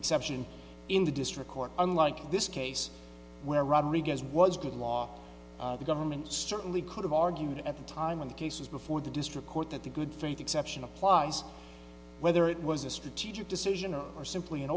exception in the district court unlike this case where rodriguez was good law the government certainly could have argued at the time in the cases before the district court that the good faith exception applies whether it was a strategic decision or or simply an